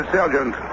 Sergeant